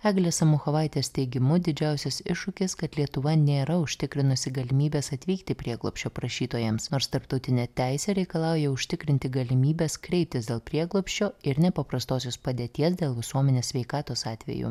eglės samuchovaitės teigimu didžiausias iššūkis kad lietuva nėra užtikrinusi galimybės atvykti prieglobsčio prašytojams nors tarptautinė teisė reikalauja užtikrinti galimybes kreiptis dėl prieglobsčio ir nepaprastosios padėties dėl visuomenės sveikatos atveju